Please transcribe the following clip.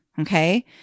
Okay